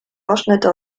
ausschnitte